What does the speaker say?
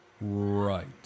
Right